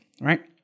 right